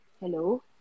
Hello